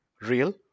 real